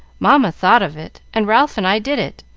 mamma thought of it, and ralph and i did it.